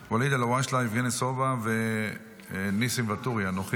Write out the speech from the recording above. ואליד אלהואשלה, יבגני סובה וניסים ואטורי, אנוכי.